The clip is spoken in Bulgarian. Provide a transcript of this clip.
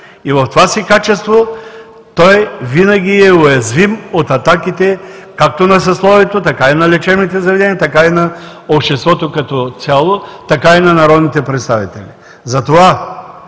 и в това си качество винаги е уязвим от атаките както на съсловието, така и на лечебните заведения, така и на обществото като цяло, така и на народните представители.